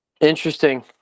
Interesting